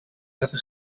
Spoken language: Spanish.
hace